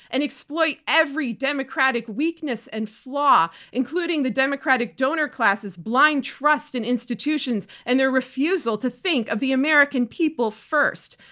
and exploit every democratic weakness and flaw, including the democratic donor classes' blind trust in institutions and their refusal to think of the american people first.